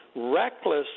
reckless